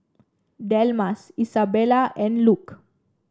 Delmas Isabella and Luke